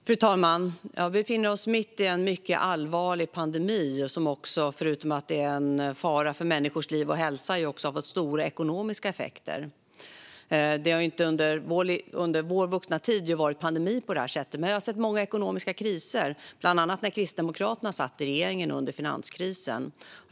Fru talman! Vi befinner oss mitt i en mycket allvarlig pandemi, som förutom att innebära fara för människors liv och hälsa också har fått stora ekonomiska effekter. Det har inte under vår vuxna tid varit pandemi på det här sättet. Jag har dock sett många ekonomiska kriser, bland annat när Kristdemokraterna satt i regeringen under finanskrisen.